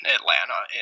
Atlanta